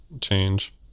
change